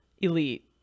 elite